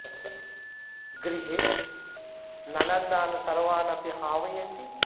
तत्र गृहे ननन्दान् सर्वान् अपि आह्वयन्ति